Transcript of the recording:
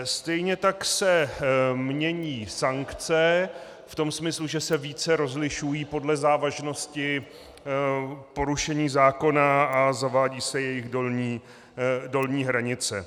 Stejně tak se mění sankce v tom smyslu, že se více rozlišují podle závažnosti porušení zákona a zavádí se jejich dolní hranice.